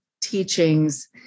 teachings